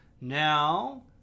Now